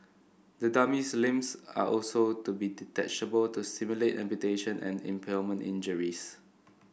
the dummy's limbs are also to be detachable to simulate amputation and impalement injuries